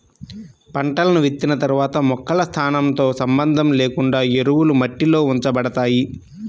పంటలను విత్తిన తర్వాత మొక్కల స్థానంతో సంబంధం లేకుండా ఎరువులు మట్టిలో ఉంచబడతాయి